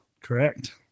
Correct